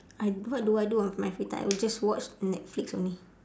I what do I do on my free time I will just watch netflix only